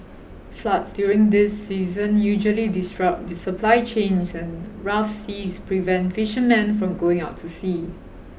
floods during this season usually disrupt supply chains and rough seas prevent fishermen from going out to sea